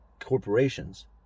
corporations